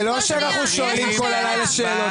זה לא שאנחנו שואלים כל הלילה שאלות.